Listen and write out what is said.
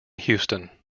houston